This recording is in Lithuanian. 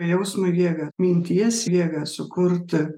jausmų jėgą minties jėgą sukurt